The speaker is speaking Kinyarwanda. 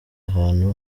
ahantu